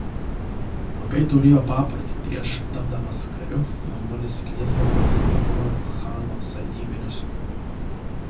vilkai turėjo paprotį prieš tapdamas kariu jaunuolis kviesdavo į dvikovą chano sargybinius